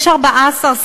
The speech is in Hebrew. יש 14 שרים,